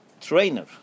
trainer